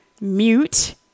mute